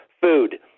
food